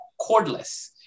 cordless